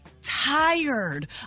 tired